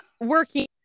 working